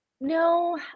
No